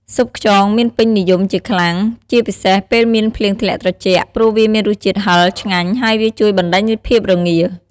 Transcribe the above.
ស៊ុបខ្យង មានពេញនិយមជាខ្លាំង ជាពិសេសពេលមានភ្លៀងធ្លាក់ត្រជាក់ ព្រោះវាមានរសជាតិហឹរ ឆ្ងាញ់ ហើយវាជួយបណ្តេញភាពរងា។